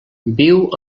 viu